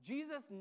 Jesus